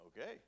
Okay